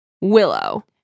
willow